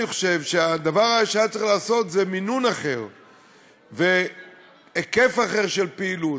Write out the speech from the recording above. אני חושב שהדבר שהיה צריך לעשות זה מינון אחר והיקף אחר של פעילות,